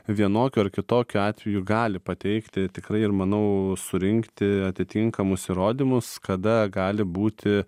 vienokiu ar kitokiu atveju gali pateikti tikrai ir manau surinkti atitinkamus įrodymus kada gali būti